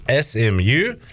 SMU